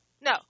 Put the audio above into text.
no